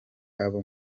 abo